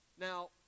Now